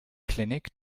clinic